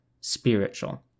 spiritual